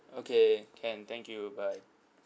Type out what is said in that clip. okay can thank you bye